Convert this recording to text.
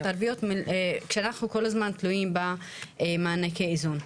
הערביות כשאנחנו כל הזמן תלויים במענקי איזון.